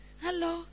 hello